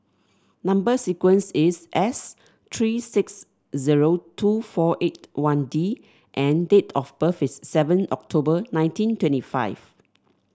number sequence is S three six zero two four eight one D and date of birth is seven October nineteen twenty five